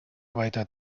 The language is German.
weiter